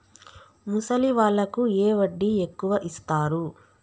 ముసలి వాళ్ళకు ఏ వడ్డీ ఎక్కువ ఇస్తారు?